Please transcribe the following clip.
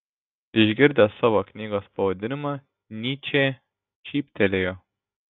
išgirdęs savo knygos pavadinimą nyčė šyptelėjo